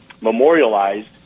memorialized